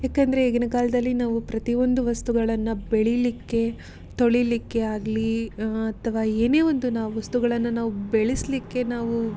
ಯಾಕಂದರೆ ಈಗಿನ ಕಾಲದಲ್ಲಿ ನಾವು ಪ್ರತಿಯೊಂದು ವಸ್ತುಗಳನ್ನು ಬೆಳಿಲಿಕ್ಕೆ ತೊಳಿಲಿಕ್ಕೆ ಆಗಲಿ ಅಥ್ವಾ ಏನೇ ಒಂದು ನಾವು ವಸ್ತುಗಳನ್ನು ನಾವು ಬೆಳೆಸ್ಲಿಕ್ಕೆ ನಾವು